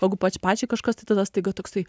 jeigu pač pačiai kažkas tai tada staiga toksai